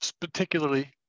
particularly